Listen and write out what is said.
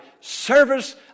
service